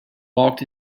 walked